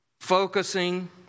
focusing